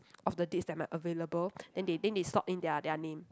of the days that my available then they then they slot in their their name